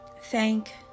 thank